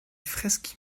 fresques